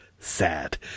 Sad